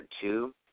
two